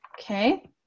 Okay